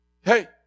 Hey